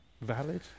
valid